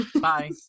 Bye